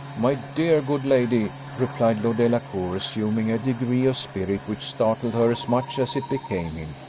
my dear good lady, replied lord delacour, assuming a degree of spirit which startled her as much as it became him,